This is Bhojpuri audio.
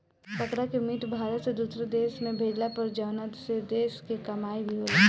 बकरा के मीट भारत से दुसरो देश में भेजाला पर जवना से देश के कमाई भी होला